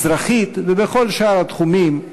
אזרחית, ובכל שאר התחומים,